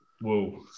whoa